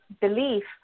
belief